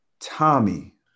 Tommy